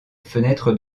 fenêtres